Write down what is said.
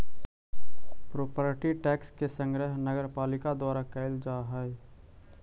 property tax के संग्रह नगरपालिका द्वारा कैल जा हई